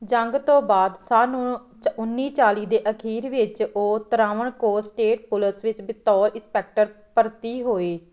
ਜੰਗ ਤੋਂ ਬਾਅਦ ਸੰਨ ਚ ਉੱਨੀ ਚਾਲੀ ਦੇ ਅਖੀਰ ਵਿੱਚ ਵਿੱਚ ਉਹ ਤ੍ਰਾਵਣਕੋਰ ਸਟੇਟ ਪੁਲਿਸ ਵਿੱਚ ਬਤੌਰ ਇੰਸਪੈਕਟਰ ਭਰਤੀ ਹੋਏ